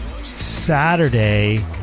Saturday